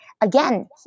Again